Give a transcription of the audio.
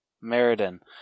Meriden